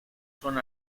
son